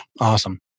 Awesome